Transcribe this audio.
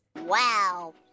Wow